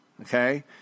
okay